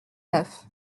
neuf